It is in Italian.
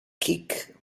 kick